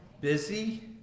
Busy